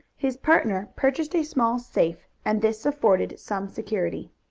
his partner purchased a small safe, and this afforded some security.